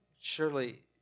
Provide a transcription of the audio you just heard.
surely